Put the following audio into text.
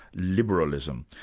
liberalism.